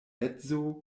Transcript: edzo